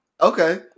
Okay